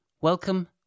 Welcome